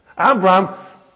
Abraham